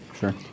Sure